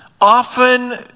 often